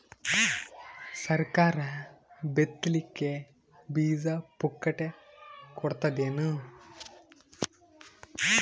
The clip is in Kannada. ಸರಕಾರ ಬಿತ್ ಲಿಕ್ಕೆ ಬೀಜ ಪುಕ್ಕಟೆ ಕೊಡತದೇನು?